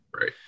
Right